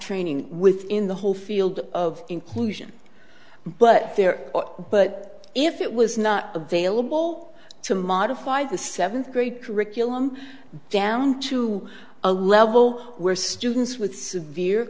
training within the whole field of inclusion but there but if it was not available to modify the seventh grade curriculum down to a level where students with severe